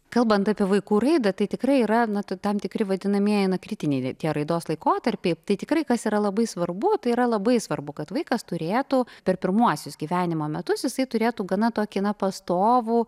kalbant apie vaikų raidą tai tikrai yra na tam tikri vadinamieji na kritiniai tie raidos laikotarpiais tai tikrai kas yra labai svarbu tai yra labai svarbu kad vaikas turėtų per pirmuosius gyvenimo metus jisai turėtų gana tokį na pastovų